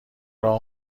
راهو